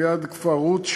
ליד כפר-רות,